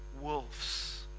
wolves